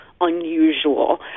unusual